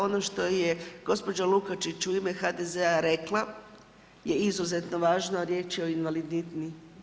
Ono što je gospođa Lukačić u ime HDZ-a rekla je izuzetno važno, a riječ je o invalidnini.